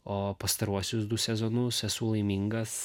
o pastaruosius du sezonus esu laimingas